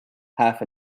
half